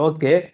Okay